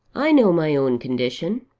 i know my own condition.